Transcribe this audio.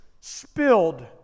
spilled